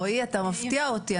רועי, אתה מפתיע אותי.